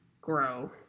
grow